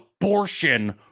abortion